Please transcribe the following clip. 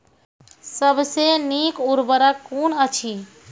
सबसे नीक उर्वरक कून अछि?